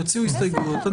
יציעו הסתייגויות --- בסדר,